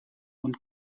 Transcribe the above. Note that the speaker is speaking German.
und